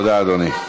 תודה, אדוני.